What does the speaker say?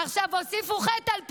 עכשיו הוסיפו חטא על פשע,